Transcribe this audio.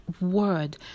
word